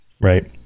Right